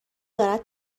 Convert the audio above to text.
دارد